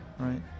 Right